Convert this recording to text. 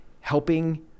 helping